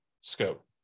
scope